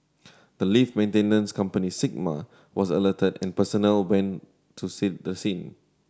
the lift maintenance company Sigma was alerted and personnel went to sent the scene